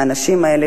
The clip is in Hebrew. האנשים האלה,